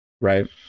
right